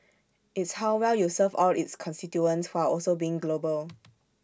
it's how well you serve all its constituents while also being global